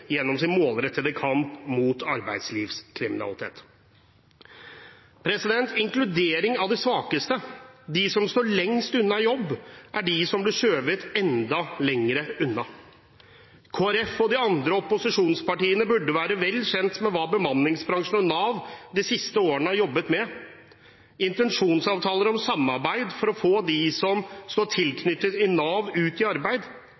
gjennom sin målrettede kamp mot arbeidslivskriminalitet. Med hensyn til inkludering av de svakeste: De som står lengst unna jobb, er de som blir skjøvet enda lenger unna. Kristelig Folkeparti og de andre opposisjonspartiene burde være vel kjent med hva bemanningsbransjen og Nav de siste årene har jobbet med. Det er intensjonsavtaler om samarbeid for å få dem som står tilknyttet Nav, ut i arbeid